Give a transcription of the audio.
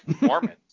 Mormons